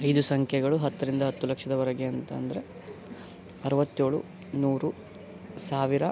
ಐದು ಸಂಖ್ಯೆಗಳು ಹತ್ತರಿಂದ ಹತ್ತು ಲಕ್ಷದವರೆಗೆ ಅಂತ ಅಂದರೆ ಅರವತ್ತೇಳು ನೂರು ಸಾವಿರ